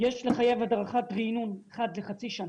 יש לחייב הדרכת ריענון אחת לחצי שנה,